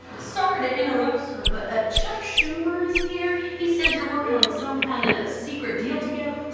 sorry to interrupt sir but ah chuck schumer is here. he says you're working on some kind of secret deal together.